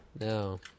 No